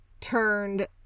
turned